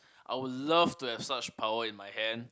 I would love to have such power in my hand